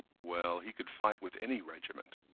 well, he could fight with any regiment.